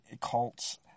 cults